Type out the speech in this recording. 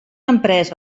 emprès